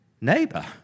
neighbor